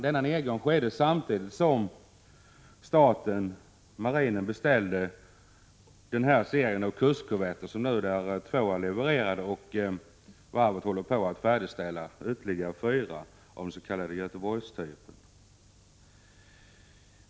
Denna nedgång skedde samtidigt som staten — marinen — beställde en serie kustkorvetter. Två ärlevererade, och varvet håller på att färdigställa ytterligare fyra, av den s.k. Göteborgstypen.